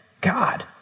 God